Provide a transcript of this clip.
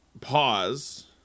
pause